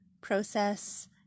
process